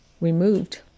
removed